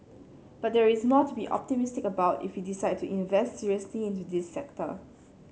but there is more to be optimistic about if we decide to invest seriously into this sector